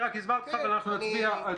אני רק הסברתי לך ואנחנו נצביע.